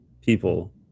people